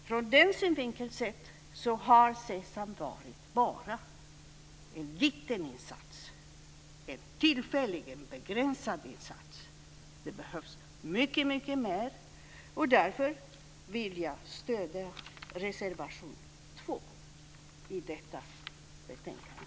Från den synvinkeln har SESAM varit bara en liten insats, en tillfällig, begränsad insats. Det behövs mycket mer. Därför vill jag stödja reservation 2 i detta betänkande.